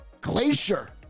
Glacier